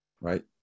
right